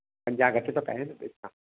पंजाह घटि थो कए न ॿियो छा